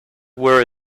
were